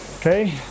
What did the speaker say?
Okay